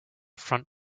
front